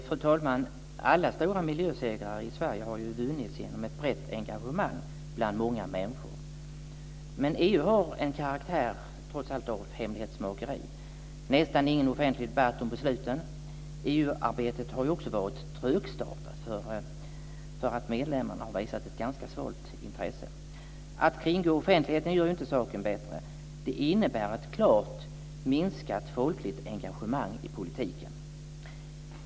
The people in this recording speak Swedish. Fru talman! Alla stora miljösegrar i Sverige har vunnits genom ett brett engagemang bland många människor. Men EU har en karaktär av hemlighetsmakeri. Det finns nästan ingen offentlig debatt om besluten. EU-arbetet har också varit trögstartat, eftersom medlemmarna har visat ett ganska svalt intresse. Att kringgå offentligheten gör ju inte saken bättre. Det innebär ett klart minskat folkligt engagemang i politiken.